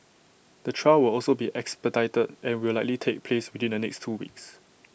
the trial will also be expedited and will likely take place within the next two weeks